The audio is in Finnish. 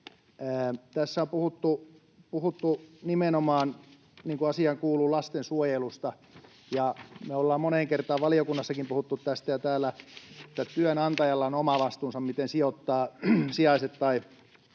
Tässä on puhuttu nimenomaan, niin kuin asiaan kuuluu, lastensuojelusta, ja me ollaan moneen kertaan valiokunnassakin ja täällä puhuttu tästä, että työnantajalla on oma vastuunsa siinä, miten sijoittaa sijaiset tai